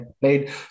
played